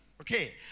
okay